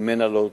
ממנה לא הודלף.